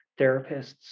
therapists